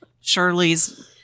shirley's